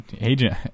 Agent